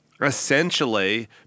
Essentially